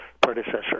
predecessor